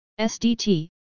SDT